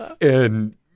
and-